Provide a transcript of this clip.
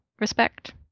respect